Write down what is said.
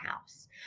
house